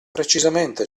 precisamente